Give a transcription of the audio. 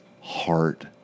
heart